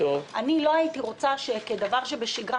אני לא הייתי רוצה שכדבר שבשגרה,